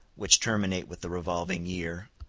which terminate with the revolving year,